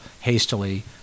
hastily